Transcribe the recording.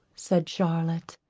said charlotte,